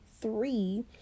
three